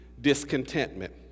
discontentment